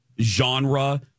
genre